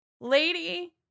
Lady